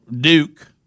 Duke